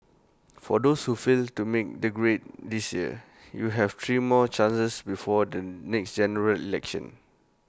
for those who failed to make the grade this year you have three more chances before the next General Election